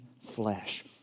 flesh